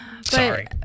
Sorry